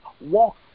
walk